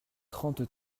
trente